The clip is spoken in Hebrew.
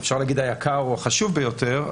אפשר להגיד היקר או החשוב ביותר,